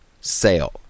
sale